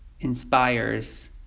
inspires